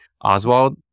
Oswald